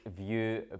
View